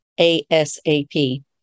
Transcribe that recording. ASAP